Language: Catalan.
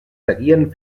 seguien